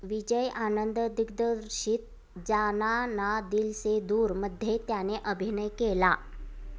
विजय आनंद दिग्दर्शित जाना ना दिलसे दूरमध्ये त्याने अभिनय केला